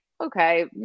okay